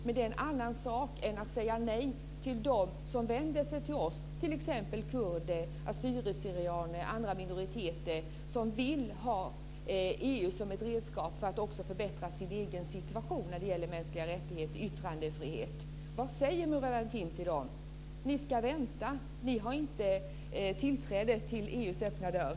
Men det är en annan sak än att säga nej till dem som vänder sig till oss, t.ex. kurder, assyrier/syrianer och andra minoriteter som vill ha EU som ett redskap för att förbättra sin egen situation när det gäller mänskliga rättigheter och yttrandefrihet. Vad säger Murad Artin till dem? Säger han: Ni ska vänta. Ni har inte tillträde till EU:s öppna dörr.